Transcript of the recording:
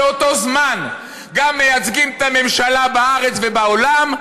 באותו זמן גם מייצגים את הממשלה בארץ ובעולם,